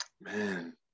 man